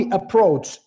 approach